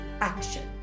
action